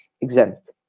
exempt